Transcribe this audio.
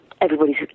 everybody's